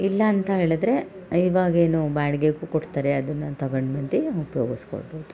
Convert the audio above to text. ಇಲ್ಲ ಅಂತ ಹೇಳಿದರೆ ಇವಾಗೇನು ಬಾಡಿಗೆಗು ಕೊಡ್ತಾರೆ ಅದನ್ನು ತಗೊಂಡು ಬಂದು ಉಪ್ಯೋಗಿಸ್ಕೊಳ್ಬೋದು